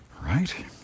Right